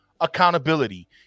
accountability